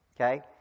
Okay